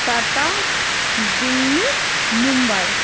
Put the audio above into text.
tata Delhi Mumbai